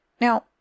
Now